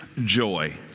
joy